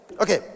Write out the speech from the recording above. Okay